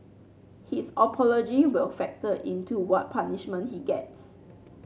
his apology will factor in to what punishment he gets